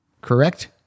Correct